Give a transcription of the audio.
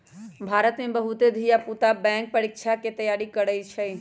भारत में बहुते धिया पुता बैंक परीकछा के तैयारी करइ छइ